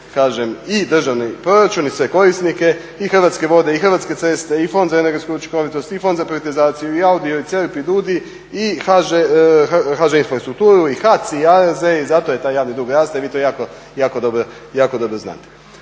kažem i državni proračun i sve korisnike i Hrvatske vode i Hrvatske ceste i Fond za energetsku učinkovitost i Fond za privatizaciju i AUDI-o i CERP i DUDI i HŽ infrastrukturu i HAC i ARZ i zato taj javni dug raste, vi to jako dobro znate.